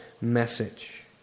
message